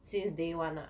since day one lah